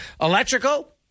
Electrical